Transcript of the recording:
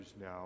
now